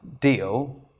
deal